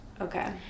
Okay